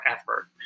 effort